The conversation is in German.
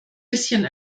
bisschen